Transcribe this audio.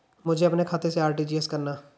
मुझे अपने खाते से आर.टी.जी.एस करना?